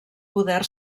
poder